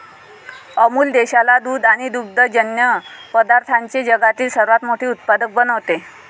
अमूल देशाला दूध आणि दुग्धजन्य पदार्थांचे जगातील सर्वात मोठे उत्पादक बनवते